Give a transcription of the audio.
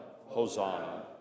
Hosanna